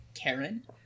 Karen